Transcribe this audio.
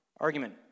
argument